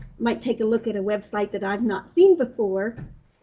might take a look at a website that i've not seen before.